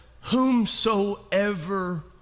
whomsoever